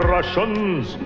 Russians